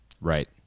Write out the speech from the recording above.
Right